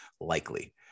likely